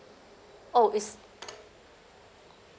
oh is